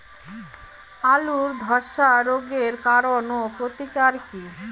আলুর ধসা রোগের কারণ ও প্রতিকার কি?